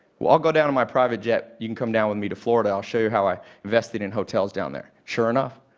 we'll go down to my private jet. you can come down with me to florida. i'll show you how i invested in hotels down there. sure enough,